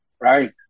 right